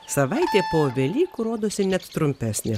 savaitė po velykų rodosi net trumpesnė